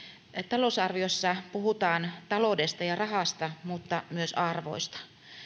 talousarviossa puhutaan ta loudesta ja rahasta mutta myös arvoista